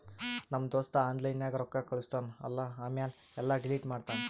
ನಮ್ ದೋಸ್ತ ಆನ್ಲೈನ್ ನಾಗ್ ರೊಕ್ಕಾ ಕಳುಸ್ತಾನ್ ಅಲ್ಲಾ ಆಮ್ಯಾಲ ಎಲ್ಲಾ ಡಿಲೀಟ್ ಮಾಡ್ತಾನ್